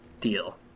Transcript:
Deal